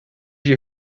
you